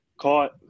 caught